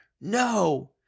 No